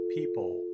People